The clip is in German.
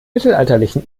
mittelalterlichen